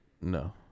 No